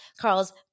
Carl's